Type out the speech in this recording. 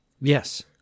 Yes